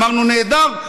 אמרנו: נהדר,